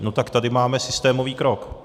No tak tady máme systémový krok.